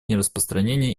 нераспространения